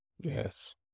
Yes